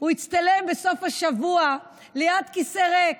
הוא הצטלם בסוף השבוע ליד כיסא ריק.